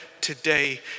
today